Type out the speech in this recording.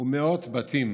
ומאות בתים